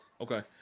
okay